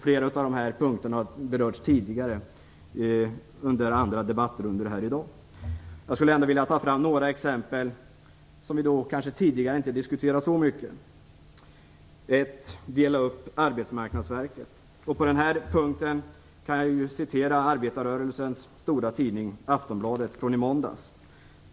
Flera av dessa punkter har berörts tidigare under debatten i dag. Jag skulle ändå vilja ta fram några exempel som i dag inte diskuterats så mycket. Det första är att dela upp Arbetsmarknadsverket. På den här punkten kan jag citera arbetarrörelsens stora tidning Aftonbladet från i måndags.